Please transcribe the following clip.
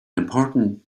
important